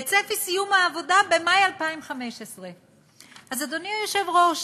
וצפי סיום העבודה במאי 2015. אז, אדוני היושב-ראש,